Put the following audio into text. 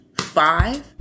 five